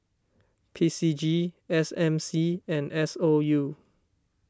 P C G S M C and S O U